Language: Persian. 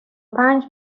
پنج